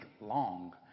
long